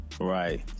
Right